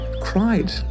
cried